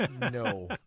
no